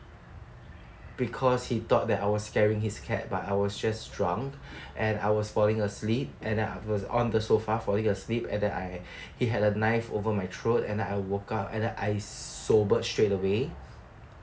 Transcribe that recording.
because he thought that I was scaring his cat but I was just drunk and I was falling asleep and I was on the sofa falling asleep and then I he had a knife over my throat and then I woke up and then I sober straightaway